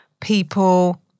people